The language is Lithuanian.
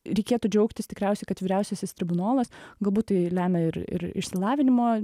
reikėtų džiaugtis tikriausiai kad vyriausiasis tribunolas galbūt tai lemia ir ir išsilavinimo